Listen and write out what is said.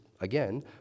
again